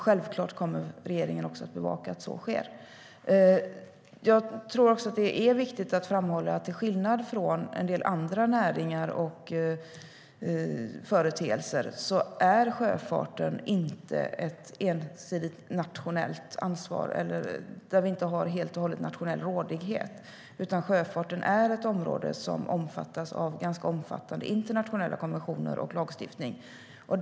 Självklart kommer regeringen att bevaka att så sker. Det är viktigt att framhålla att till skillnad från en del andra näringar och företeelser är sjöfarten inte ett ensidigt nationellt ansvar eller ett område där vi helt och hållet har nationell rådighet. Sjöfarten omfattas av ganska omfattande internationella konventioner och lagstiftning.